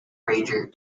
ranger